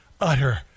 utter